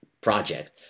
project